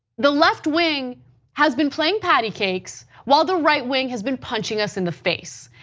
the left-wing has been playing patty cakes while the right wing has been punching us in the face,